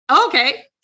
Okay